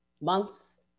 months